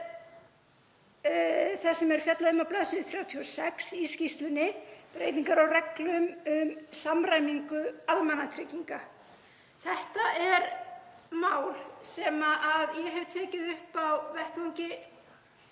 Það er það sem er fjallað um á bls. 36 í skýrslunni, breytingar á reglum um samræmingu almannatrygginga. Þetta er mál sem ég hef tekið upp á vettvangi